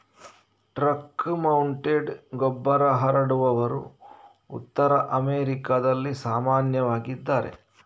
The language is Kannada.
ಟ್ರಕ್ ಮೌಂಟೆಡ್ ಗೊಬ್ಬರ ಹರಡುವವರು ಉತ್ತರ ಅಮೆರಿಕಾದಲ್ಲಿ ಸಾಮಾನ್ಯವಾಗಿದ್ದಾರೆ